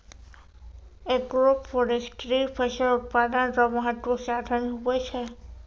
agroforestry फसल उत्पादन रो महत्वपूर्ण साधन हुवै छै